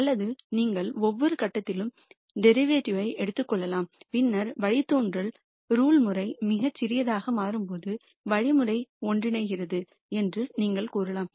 அல்லது நீங்கள் ஒவ்வொரு கட்டத்திலும் வழித்தோன்றலை எடுத்துக் கொள்ளலாம் பின்னர் வழித்தோன்றல் ரூல்முறை மிகச் சிறியதாக மாறும்போது வழிமுறை ஒன்றிணைகிறது என்று நீங்கள் கூறலாம்